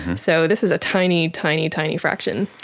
so this is a tiny, tiny, tiny fraction.